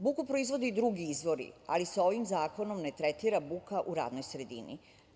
Buku proizvode i drugi izvori, ali se ovim zakonom ne tretira buka u radnoj sredini.